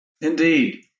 Indeed